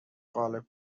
غالب